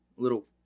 Little